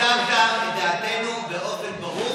ייצגת את דעתנו באופן ברור.